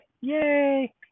yay